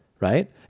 right